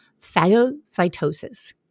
phagocytosis